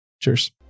Cheers